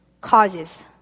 causes